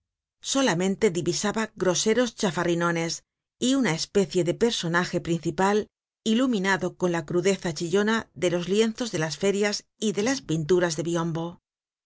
solamente divisaba groseros chafarrinones y una especie de personaje principal iluminado con la crudeza chillona de los lienzos de las ferias y de las pinturas de biombo